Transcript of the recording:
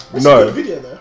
No